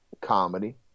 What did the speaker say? comedy